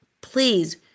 Please